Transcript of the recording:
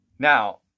Now